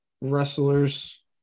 wrestlers